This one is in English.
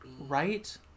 Right